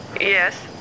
yes